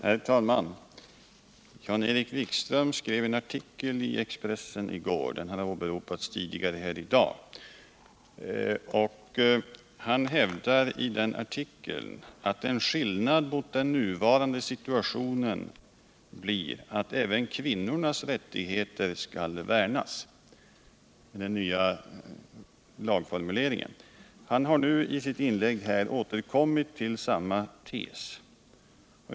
Herr talman! Jan-Erik Wikström skrev en artikel i Expressen i går; den har åberopats tidigare här i dag. I den artikeln hävdar han att en skillnad mot den nuvarande situationen blir att även kvinnornas rättigheter skall värnas med den nya lagformuleringen. Han har nu i sitt inlägg återkommit till samma tes.